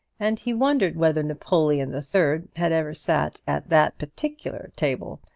and he wondered whether napoleon the third had ever sat at that particular table,